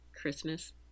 Christmas